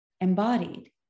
embodied